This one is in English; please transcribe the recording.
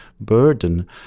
burden